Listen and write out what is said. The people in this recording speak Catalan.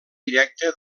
directa